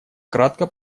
кратко